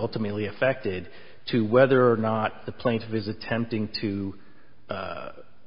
ultimately affected to whether or not the plane to visit tempting to